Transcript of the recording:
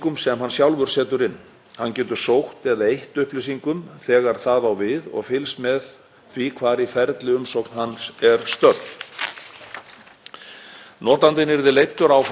Notandinn yrði leiddur áfram og tryggt að rétt gögn og greiðsla berist í samræmi við tegund umsóknar. Þegar fullri sjálfvirkni er náð afgreiðir kerfið notandann í rauntíma